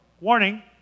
warning